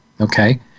Okay